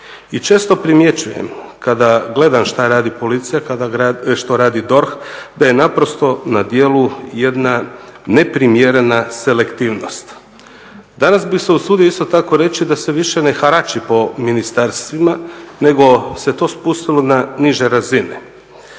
često primjećujem kada gledam šta radi Policija, što radi DORH, da je naprosto na djelu jedna neprimjerena selektivnost. Danas bih se usudio isto tako reći da se više ne harači po ministarstvima nego se to spustilo na niže razine